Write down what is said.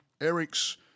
Eric's